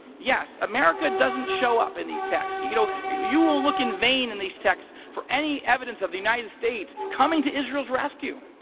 yes, america doesn't show up in these texts. you know you will look in vain and these texts for any evidence of the united states coming to israel's rescue.